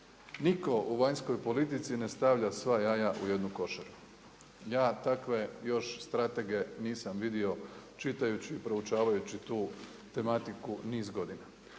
Nitko u vanjskoj politici ne stavlja sva jaja u jednu košaru. Ja takve još stratege nisam vidio čitajući, proučavajući tu tematiku niz godina.